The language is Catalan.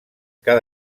cada